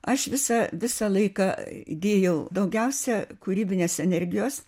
aš visą visą laiką įdėjau daugiausia kūrybinės energijos